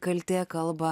kaltė kalba